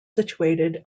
situated